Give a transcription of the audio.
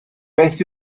beth